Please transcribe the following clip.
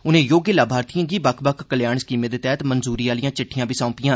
उनें योग्य लाभार्थिएं गी बक्ख बक्ख कल्याण स्कीमें दे तैह्त मंजूरी आह्लियां चिट्ठियां बी सौंपियां